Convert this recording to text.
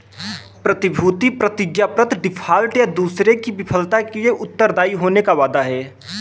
प्रतिभूति प्रतिज्ञापत्र डिफ़ॉल्ट, या दूसरे की विफलता के लिए उत्तरदायी होने का वादा है